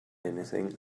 anything